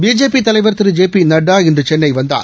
BJP தலைவர் திரு J P Nadda இன்று சென்னை வந்தார்